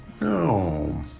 No